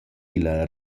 illa